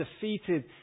defeated